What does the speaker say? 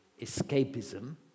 escapism